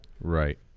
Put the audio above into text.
Right